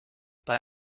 bei